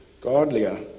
godlier